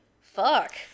Fuck